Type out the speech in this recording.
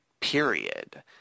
period